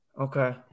Okay